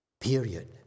Period